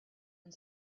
and